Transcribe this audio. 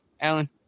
Alan